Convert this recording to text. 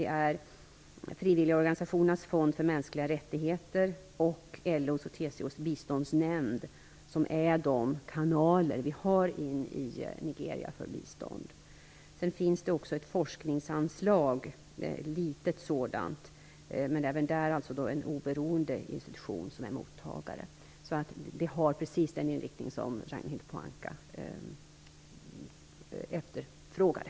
Det är de frivilliga orgnisationernas fond för mänskliga rättigheter och LO:s och TCO:s biståndsnämnd som är de kanaler vi har för bistånd in i Nigeria. Sedan finns det också ett forskningsanslag, ett litet sådant, men även där är det en oberoende institution som är mottagare. Så biståndet har precis den inriktning som Ragnhild Pohanka efterfrågade.